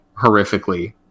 horrifically